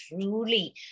truly